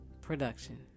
production